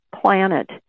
planet